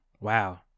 Wow